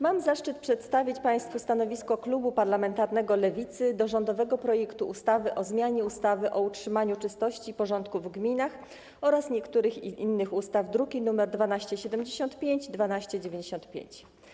Mam zaszczyt przedstawić państwu stanowisko klubu parlamentarnego Lewicy wobec rządowego projektu ustawy o zmianie ustawy o utrzymaniu czystości i porządku w gminach oraz niektórych innych ustaw, druki nr 1275 i 1295.